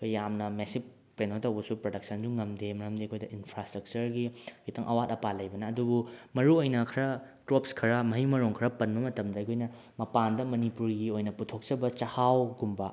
ꯑꯩꯈꯣꯏ ꯌꯥꯝꯅ ꯃꯦꯁꯤꯞ ꯀꯩꯅꯣ ꯇꯧꯕꯁꯨ ꯄ꯭ꯔꯗꯛꯁꯟꯁꯨ ꯉꯝꯗꯦ ꯃꯔꯝꯗꯤ ꯑꯩꯈꯣꯏꯗ ꯏꯟꯐ꯭ꯔꯥꯁ꯭ꯇꯔꯛꯆꯔꯒꯤ ꯈꯤꯇꯪ ꯑꯋꯥꯠ ꯑꯄꯥ ꯂꯩꯕꯅ ꯑꯗꯨꯕꯨ ꯃꯔꯨ ꯑꯣꯏꯅ ꯈꯔ ꯀ꯭ꯔꯣꯞꯁ ꯈꯔ ꯃꯍꯩ ꯃꯔꯣꯡ ꯈꯔ ꯄꯟꯕ ꯃꯇꯝꯗ ꯑꯩꯈꯣꯏꯅ ꯃꯄꯥꯟꯗ ꯃꯅꯤꯄꯨꯔꯒꯤ ꯑꯣꯏꯅ ꯄꯨꯊꯣꯛꯆꯕ ꯆꯥꯛꯍꯥꯎꯒꯨꯝꯕ